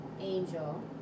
Angel